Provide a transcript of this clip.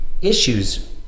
issues